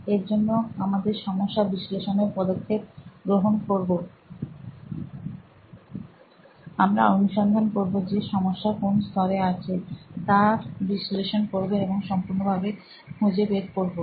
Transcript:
এর জন্য আমাদের সমস্যা বিশ্লেষনের পদক্ষেপ গ্রহণ করব আমরা অনুসন্ধান করবো যে সমস্যা কোন স্তরে আছেতার বিশ্লেষণ করবো এবং সম্পূর্ণ ভাবে খুঁজে বের করবো